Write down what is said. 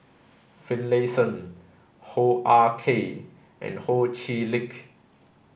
Finlayson Hoo Ah Kay and Ho Chee Lick